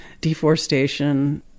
deforestation